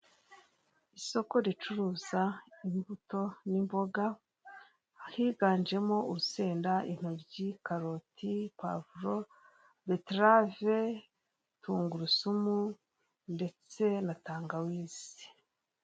Isoko ricuruza imbuto n'imboga higanjemo urusenda, intoryi, karoti, pavuro, betarave, tungurusumu ndetse na tangawizi.